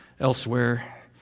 elsewhere